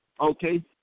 Okay